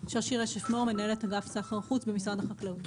שלום, אני מנהלת אגף סחר חוץ במשרד החקלאות.